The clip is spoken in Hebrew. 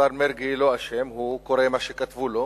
השר מרגי לא אשם, הוא קורא מה שכתבו לו,